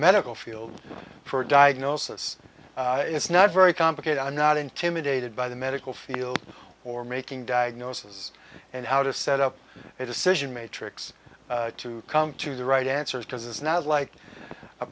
medical field for diagnosis it's not very complicated i'm not intimidated by the medical field or making diagnosis and how to set up a decision made tricks to come to the right answer because it's not like a